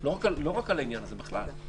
לא רק על העניין הזה, בכלל.